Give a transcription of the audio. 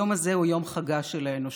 היום הזה הוא יום חגה של האנושות,